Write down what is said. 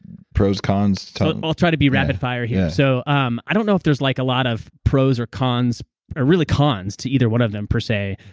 pros, cons? i'll try to be rapid fire here. so, um i don't know if there's like a lot of pros or cons or really cons to either one of them per se.